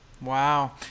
Wow